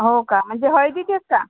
हो का म्हणजे हळदीचेच का